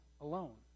alone